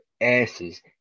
asses